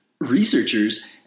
Researchers